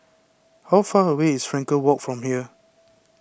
how far away is Frankel Walk from here